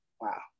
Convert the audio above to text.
Wow